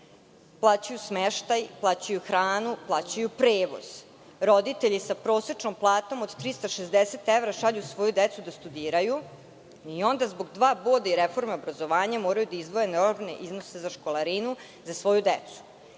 Plaćaju smeštaj, plaćaju hranu, plaćaju prevoz. Roditelji sa prosečnom platom od 360 evra šalju svoju decu da studiraju, i onda zbog dva boda i reforme obrazovanja moraju da izdvoje enormne iznose za školarinu za svoju decu. Na